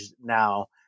now